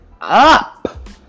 up